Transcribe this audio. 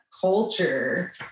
culture